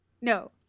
No